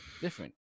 different